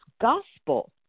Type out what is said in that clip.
gospel